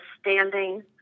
standing